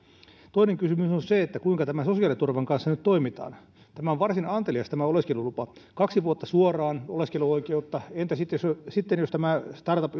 toinen kysymys on on se kuinka sosiaaliturvan kanssa nyt toimitaan tämä oleskelulupa on varsin antelias kaksi vuotta suoraan oleskeluoikeutta entä sitten jos tämä startup